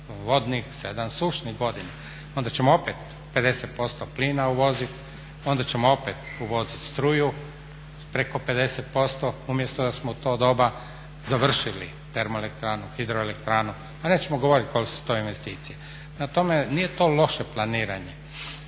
vodnih, 7 sušnih godina. Onda ćemo opet 50% plina uvozit, onda ćemo opet uvozit struju preko 50% umjesto da smo u to doba završili termoelektranu, hidroelektranu, a nećemo govorit kolike su to investicije. Prema tome, nije to loše planiranje,